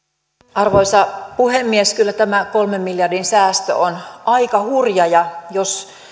arvoisa puhemies kyllä tämä kolmen miljardin säästö on aika hurja ja jos